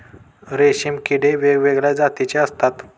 रेशीम किडे वेगवेगळ्या जातीचे असतात